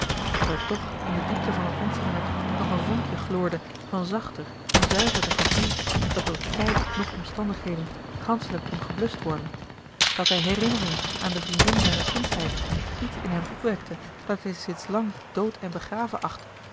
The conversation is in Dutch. dat er toch in de diepte van dat menschenhart nog een vonkje gloorde van zachter en zuiverder gevoel dat door tijd noch omstandigheden ganschelijk kon gebluscht worden dat de herinnering aan de vriendin zijner kindsheid iets in hem opwekte dat hij sinds lang dood en begraven achtte